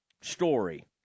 story